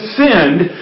sinned